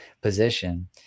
position